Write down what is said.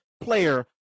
player